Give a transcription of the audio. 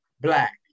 black